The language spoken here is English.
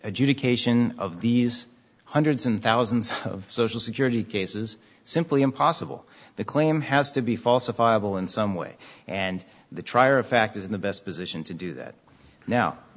adjudication of these hundreds and thousands of social security cases simply impossible the claim has to be falsifiable in some way and the trier of fact is in the best position to do that now